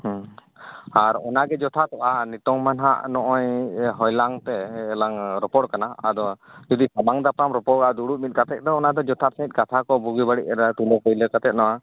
ᱦᱮᱸ ᱟᱨ ᱚᱱᱟᱜᱮ ᱡᱚᱛᱷᱟᱛᱚᱜᱼᱟ ᱱᱤᱛᱳᱝᱢᱟ ᱱᱟᱦᱟᱸᱜ ᱱᱚᱜᱼᱚᱭ ᱦᱚᱭᱞᱟᱝ ᱛᱮ ᱞᱟᱝ ᱨᱚᱯᱚᱲ ᱠᱟᱱᱟ ᱟᱫᱚ ᱡᱩᱫᱤ ᱥᱟᱢᱟᱝ ᱫᱟᱯᱨᱟᱢ ᱨᱚᱯᱚᱲᱟ ᱫᱩᱲᱩᱵ ᱢᱤᱫ ᱠᱟᱛᱮᱫ ᱫᱚ ᱚᱱᱟ ᱫᱚ ᱡᱚᱛᱷᱟᱛ ᱥᱟᱺᱦᱤᱡ ᱠᱟᱛᱷᱟ ᱠᱚ ᱵᱩᱜᱤ ᱵᱟᱹᱲᱤᱡ ᱨᱟᱭ ᱛᱩᱞᱟᱹ ᱯᱟᱹᱭᱞᱟᱹ ᱠᱟᱛᱮᱫ ᱱᱚᱣᱟ